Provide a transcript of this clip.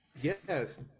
Yes